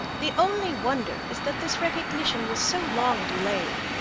the only wonder is that this recognition was so long delayed.